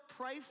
pray